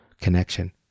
connection